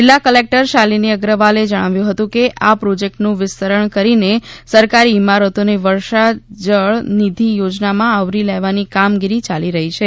જીલ્લા કલેક્ટર શાલીની અગ્રવાલે જણાવ્યું હતુ કે આ પ્રોજ્કેટનું વિસ્તરણ કરીને સરકારી ઈમારતોને વર્ષા જળ નિધિ યોજનામાં આવરી લેવાની કામગીરી યાલી રહી છે